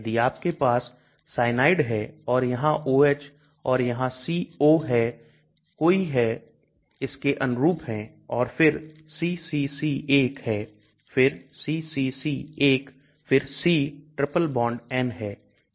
यदि आपके पास cyanide है और यहां OH और यहां cO है कोई है इसके अनुरूप है और फिर ccc1 है फिर ccc1 फिर C ट्रिपल बॉन्ड N है